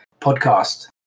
podcast